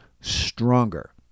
stronger